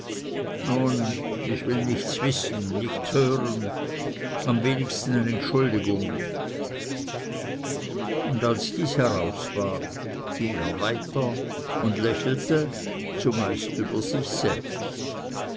nun ich will nichts wissen nichts hören am wenigsten entschuldigungen und als dies heraus war ging er weiter und lächelte zumeist über sich selbst